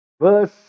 verse